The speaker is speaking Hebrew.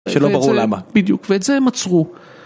שלא ברור למה, בדיוק, ואת זה הם עצרו.